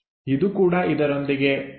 ಇದು ಕೂಡ ಇದರೊಂದಿಗೆ ಹೊಂದಿಕೆಯಾಗುವಂತೆ ಇರುತ್ತದೆ